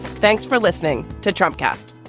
thanks for listening to trump. cast